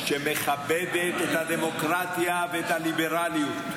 שמכבדת את הדמוקרטיה ואת הליברליות.